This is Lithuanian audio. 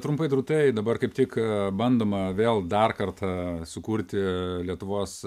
trumpai drūtai dabar kaip tik bandoma vėl dar kartą sukurti lietuvos